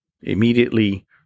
Immediately